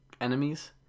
enemies